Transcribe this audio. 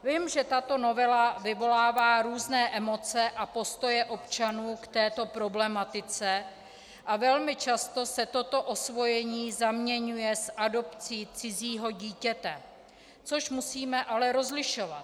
Vím, že tato novela vyvolává různé emoce a postoje občanů k této problematice a velmi často se toto osvojení zaměňuje s adopcí cizího dítěte, což musíme ale rozlišovat.